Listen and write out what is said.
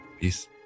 Peace